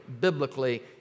biblically